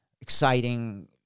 exciting